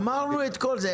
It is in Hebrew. אמרנו את כל זה.